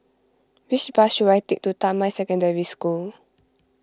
which bus should I take to Damai Secondary School